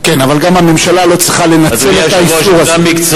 כן, אבל גם הממשלה לא צריכה לנצל את האיסור הזה.